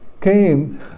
came